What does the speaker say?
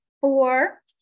four